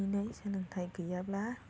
दिनै सोलोंथाय गैयाब्ला